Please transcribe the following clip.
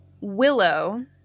Willow